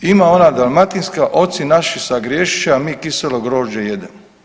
Ima ona dalmatinska „oci naši sagriješiše, a mi kiselo grožđe jedemo“